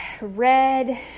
red